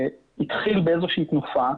התחיל בתנופה.